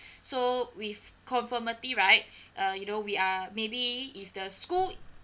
so with conformity right uh you know we are maybe if the school